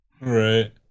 Right